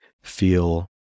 feel